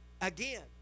again